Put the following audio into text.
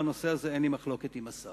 שבנושא הזה אין לי מחלוקת עם השר.